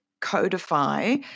codify